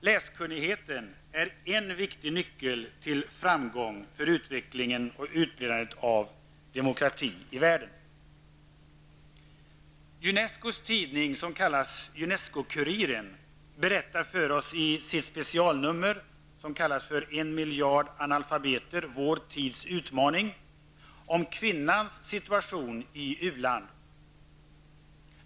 Läskunnighet är en viktig nyckel till framgång för utveckling och utövande av demokrati i världen. UNESCOs tidning, UNESCO-kuriren, berättar för oss i sitt specialnummer, som kallas för ''En miljard analfabeter -- vår tids utmaning'', om kvinnans situation i u-land.